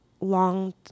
long